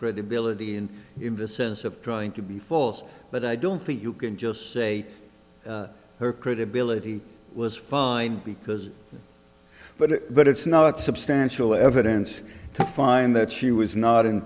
credibility in the sense of trying to be false but i don't think you can just say her credibility was fine because but but it's not substantial evidence to find that she was not in